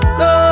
go